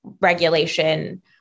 regulation